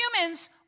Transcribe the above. humans